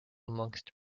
amongst